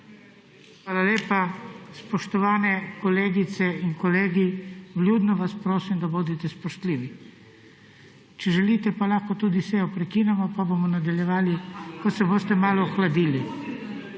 Hvala lepa. Spoštovane kolegice in kolegi, vljudno vas prosim, da bodite spoštljivi. Če želite, pa lahko tudi sejo prekinemo pa bomo nadaljevali, ko se boste malo ohladili.